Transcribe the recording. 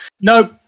no